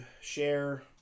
share